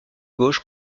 gauche